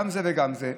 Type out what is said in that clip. גם זו וגם זו,